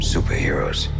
Superheroes